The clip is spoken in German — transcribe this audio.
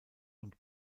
und